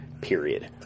Period